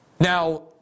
Now